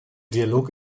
dialog